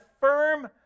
firm